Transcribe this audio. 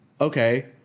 okay